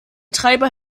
treiber